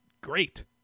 great